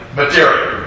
material